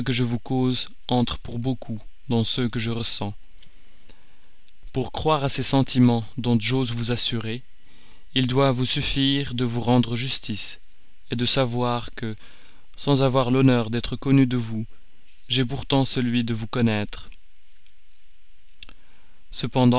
je vous cause entrent pour beaucoup dans ceux que je ressens pour croire à ces sentiments dont j'ose vous assurer il doit vous suffire de vous rendre justice de savoir que sans avoir l'honneur d'être connu de vous j'ai pourtant celui de vous connaître cependant